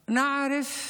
ואנו יודעים